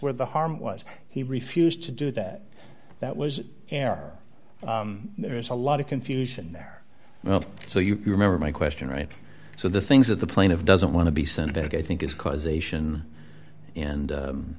where the harm was he refused to do that that was an hour there is a lot of confusion there well so you can remember my question right so the things that the plane of doesn't want to be senator that i think is causation and